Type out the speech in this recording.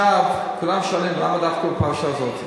כולם שואלים, למה דווקא בפרשה זאת?